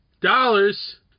dollars